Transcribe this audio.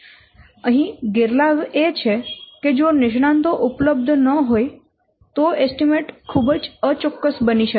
અહીં ગેરલાભ એ છે કે જો નિષ્ણાંતો ઉપલબ્ધ ન હોય તો એસ્ટીમેટ ખૂબ જ અચોક્કસ બની શકે છે